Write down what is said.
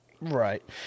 Right